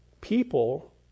people